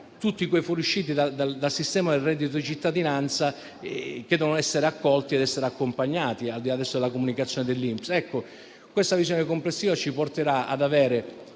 tutti i fuoriusciti dal sistema del reddito di cittadinanza, che devono essere accolti e accompagnati, al di là della comunicazione dell'INPS.